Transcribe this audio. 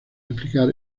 explicar